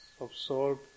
Absorb